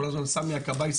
כל הזמן סמי הכבאי,